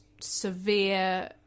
severe